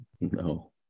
No